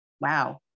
Wow